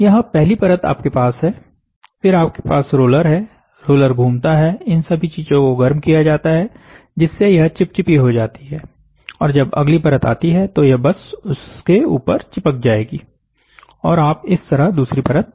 यहां पहली परत आपके पास है फिर आपके पास रोलर है रोलर धुमता हैइन सभी चीज़ो को गर्म किया जाता हैजिससे यह चिपचिपी हो जाती है और जब अगली परत आती है तो यह बस उसके ऊपर चिपक जाएगी और आप इस तरह दूसरी परत बनाते हैं